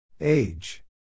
Age